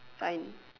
sign